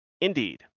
Indeed